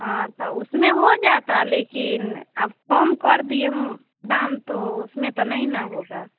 हाँ तो उसमें हो जाता लेकिन आब कम कर दिए दाम तो उसमें तो नहीं न होगा